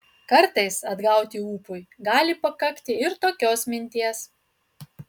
kartais atgauti ūpui gali pakakti ir tokios minties